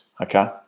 okay